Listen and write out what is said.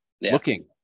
looking